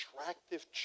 attractive